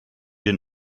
den